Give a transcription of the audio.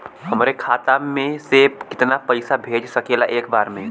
हमरे खाता में से कितना पईसा भेज सकेला एक बार में?